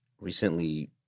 recently